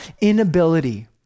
inability